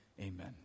Amen